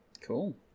Cool